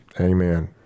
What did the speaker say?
Amen